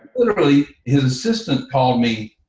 literally his assistant called me